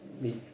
meat